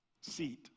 seat